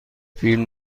فیلم